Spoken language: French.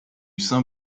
saint